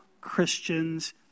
Christian's